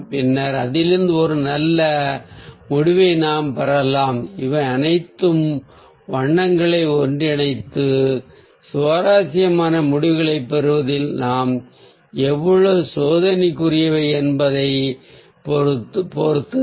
பின்னர் அதிலிருந்து ஒரு நல்ல முடிவையும் நாம் பெறலாம் இவை அனைத்தும் வண்ணங்களை ஒன்றிணைத்து சுவாரஸ்யமான முடிவுகளைப் பெறுவதில் நாம் எவ்வளவு சோதனைக்கு உட்படுத்துகிறோம் என்பதைப் பொறுத்தது